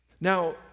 Now